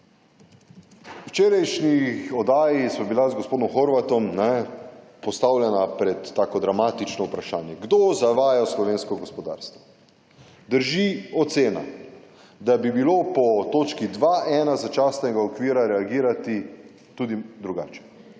včerajšnji oddaji sva bila z gospodom Horvatom postavljena pred tako dramatično vprašanje: »Kdo zavaja slovensko gospodarstvo?«. Drži ocena, da bi bilo po točki 2.1. začasnega okvira reagirati tudi drugače.